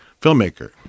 filmmaker